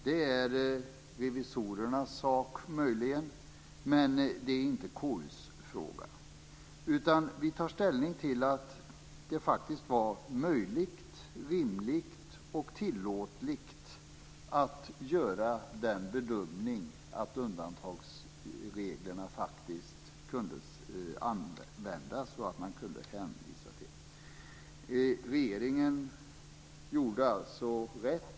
Det är möjligen revisorernas sak, men det är inte KU:s fråga. Vi tar ställning till att det faktiskt var möjligt, rimligt och tillåtligt att göra den bedömningen att undantagsreglerna faktiskt kunde användas och att man kunde hänvisa till dem. Regeringen gjorde alltså rätt.